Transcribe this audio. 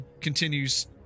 continues